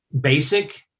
basic